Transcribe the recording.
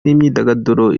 n’imyidagaduro